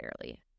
fairly